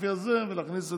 הספציפי הזה ולהכניס את,